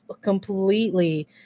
completely